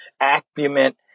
acumen